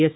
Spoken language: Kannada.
ಎಸ್